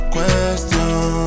Question